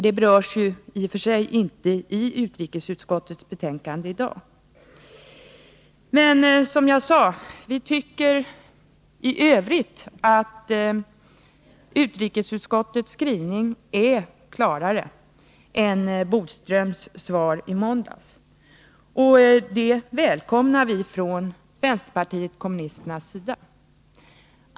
Den berörs ju i och för sig inte i utrikesutskottets betänkanden i dag. Som jag sade tycker vi i övrigt att utrikesutskottets skrivning är klarare än Lennart Bodströms svar i måndags. Det välkomnar vi från vänsterpartiet kommunisterna.